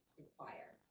require